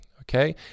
okay